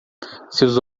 seus